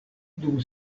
dum